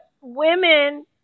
women